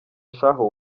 shahu